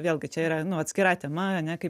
vėlgi čia yra nu atskira tema ane kaip